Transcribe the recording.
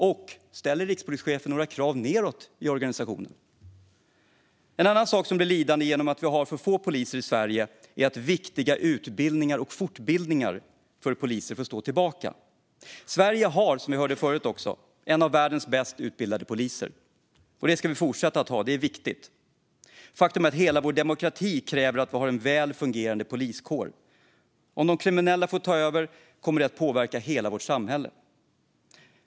Och ställer rikspolischefen några krav nedåt i organisationen? En annan sak som blir lidande genom att vi har för få poliser i Sverige är att viktiga utbildningar och fortbildningar för poliser får stå tillbaka. Sverige har, som vi hörde förut, en av världens bäst utbildade poliskårer, och det ska vi fortsätta ha; det är viktigt. Faktum är att hela vår demokrati kräver att vi har en väl fungerande poliskår. Om de kriminella får ta över kommer det att påverka hela vårt samhälle.